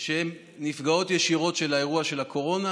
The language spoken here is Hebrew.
הן נפגעות ישירות של האירוע של הקורונה,